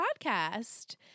podcast